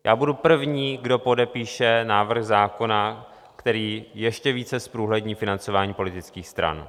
Já budu první, kdo podepíše návrh zákona, který ještě více zprůhlední financování politických stran.